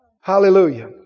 Hallelujah